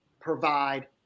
provide